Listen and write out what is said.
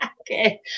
Okay